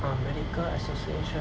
uh medical association